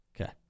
Okay